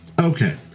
Okay